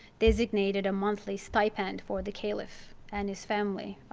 designated a monthly stipend for the caliph and his family,